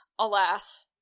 alas